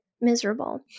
miserable